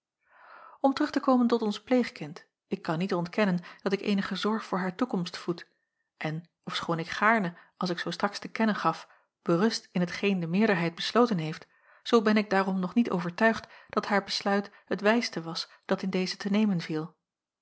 om terug te komen tot ons pleegkind ik kan niet ontkennen dat ik eenige zorg voor haar toekomst voed en ofschoon ik gaarne als ik zoo straks te kennen gaf berust in hetgeen de meerderheid besloten heeft zoo ben ik daarom nog niet overtuigd dat haar besluit het wijste was dat in deze te nemen viel